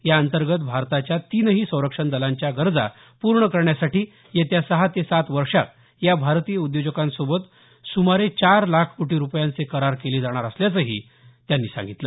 याअंतर्गत भारताच्या तीनही संरक्षण दलांच्या गरजा पूर्ण करण्यासाठी येत्या सहा ते सात वर्षांत या भारतीय उद्योजकांसोबत सुमारे चार लाख कोटी रुपयांचे करार केले जाणार असल्याचंही त्यांनी सांगितलं